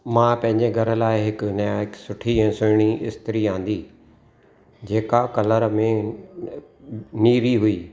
मां पंहिंजे घर लाइ हिकु नया हिकु सुठी ऐं सुहिणी इस्तरी आंदी जेका कलर में नेवी हुई